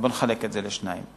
נחלק את זה לשניים.